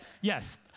yes